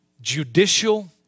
Judicial